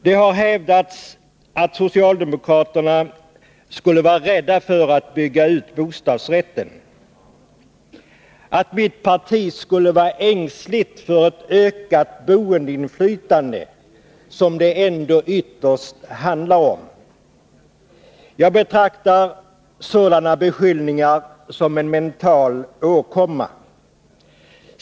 Det har hävdats att socialdemokraterna skulle vara rädda för att bygga ut bostadsrätten, att mitt parti skulle vara ängsligt för ett ökat boendeinflytande, som det ändå ytterst handlar om. Jag betraktar sådana beskyllningar som en mental åkomma.